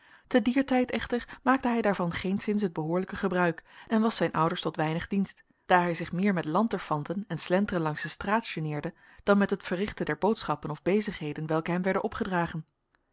te dier tijd echter maakte hij daarvan geenszins het behoorlijke gebruik en was zijn ouders tot weinig dienst daar hij zich meer met lanterfanten en slenteren langs de straat geneerde dan met het verrichten der boodschappen of bezigheden welke hem werden opgedragen